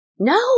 No